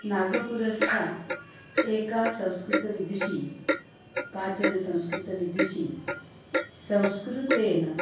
नागपुरस्था एका संस्कृतविदुषी काचन संस्कृतविदुषी संस्कृतेन